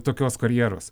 tokios karjeros